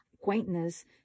quaintness